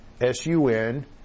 S-U-N